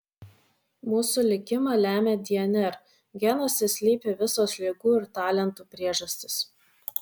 mūsų likimą lemia dnr genuose slypi visos ligų ir talentų priežastys